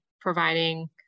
providing